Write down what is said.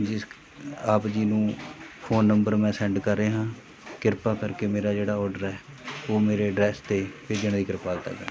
ਜਿਸ ਆਪ ਜੀ ਨੂੰ ਫੋਨ ਨੰਬਰ ਮੈਂ ਸੈਂਡ ਕਰ ਰਿਹਾ ਕਿਰਪਾ ਕਰਕੇ ਮੇਰਾ ਜਿਹੜਾ ਔਡਰ ਹੈ ਉਹ ਮੇਰੇ ਐਡਰੈਸ 'ਤੇ ਭੇਜਣ ਦੀ ਕ੍ਰਿਪਾਲਤਾ ਕਰ